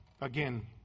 again